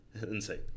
insane